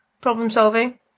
problem-solving